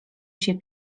się